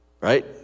Right